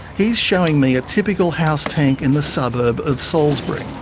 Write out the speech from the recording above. he's showing me a typical house tank in the suburb of salisbury.